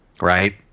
right